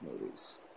movies